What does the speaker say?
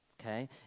Okay